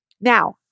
Now